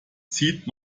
zieht